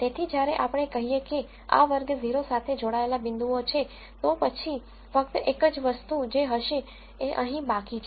તેથી જ્યારે આપણે કહીએ કે આ વર્ગ 0 સાથે જોડાયેલા પોઇન્ટસ છે તો પછી ફક્ત એક જ વસ્તુ જે હશે એ અહીં બાકી છે